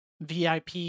VIP